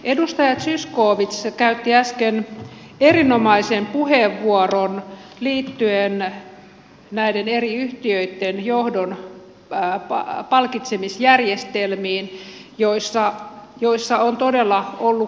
edustaja zyskowicz käytti äsken erinomaisen puheenvuoron liittyen näiden eri yhtiöitten johdon palkitsemisjärjestelmiin joissa on todella ollut kummallisuuksia